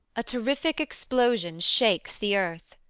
a terrific explosion shakes the earth.